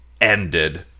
ended